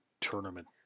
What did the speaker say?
tournament